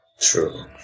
True